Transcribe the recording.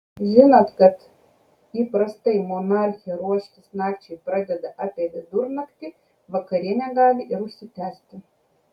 žinant kad įprastai monarchė ruoštis nakčiai pradeda apie vidurnaktį vakarienė gali ir užsitęsti